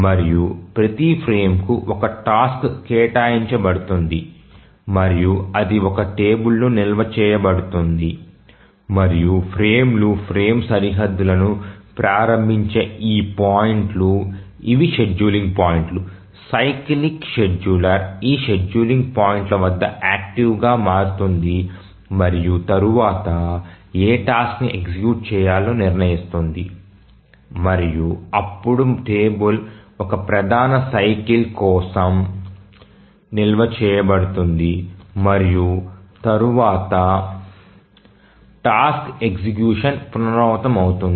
మరియు ప్రతి ఫ్రేమ్కు ఒక టాస్క్ కేటాయించబడుతుంది మరియు అది ఒక టేబుల్లో నిల్వ చేయబడుతుంది మరియు ఫ్రేమ్లు ఫ్రేమ్ సరిహద్దులను ప్రారంభించే ఈ పాయింట్లు ఇవి షెడ్యూలింగ్ పాయింట్లు సైక్లిక్ షెడ్యూలర్ ఈ షెడ్యూలింగ్ పాయింట్ల వద్ద యాక్టివ్గా మారుతుంది మరియు తరువాత ఏ టాస్క్ని ఎగ్జిక్యూట్ చేయాలో నిర్ణయిస్తుంది మరియు అప్పుడు టేబుల్ ఒక ప్రధాన సైకిల్ కోసం నిల్వ చేయబడుతుంది మరియు తరువాత టాస్క్ ఎగ్జిక్యూషన్ పునరావృతమవుతుంది